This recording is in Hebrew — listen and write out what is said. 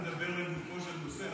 אתה אמור לדבר לגופו של נושא,